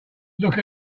look